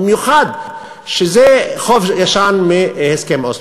במיוחד שזה חוב ישן מהסכם אוסלו.